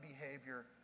behavior